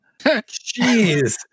Jeez